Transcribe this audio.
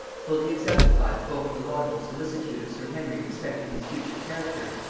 fully exemplifies both the laudable solicitude of sir henry respecting his future character,